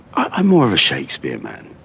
i'm more of a shakespeare man